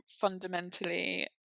fundamentally